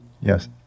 Yes